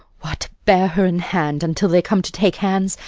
what! bear her in hand until they come to take hands,